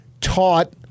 taught